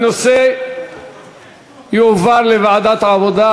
הנושא יועבר לוועדת העבודה,